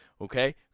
Okay